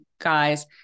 guys